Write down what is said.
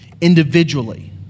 individually